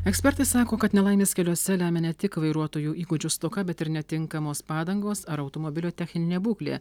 ekspertai sako kad nelaimes keliuose lemia ne tik vairuotojų įgūdžių stoka bet ir netinkamos padangos ar automobilio techninė būklė